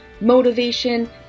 motivation